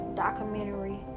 documentary